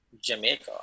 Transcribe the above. Jamaica